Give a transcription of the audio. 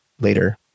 later